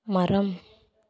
மரம்